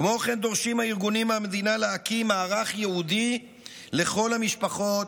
כמו כן דורשים הארגונים מהמדינה להקים מערך ייעודי לכל המשפחות,